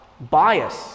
bias